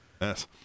Yes